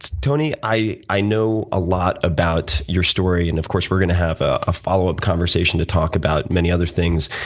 tony, i i know a lot about your story, and, of course, we're going to have a follow up conversation to talk about many other things,